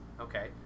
okay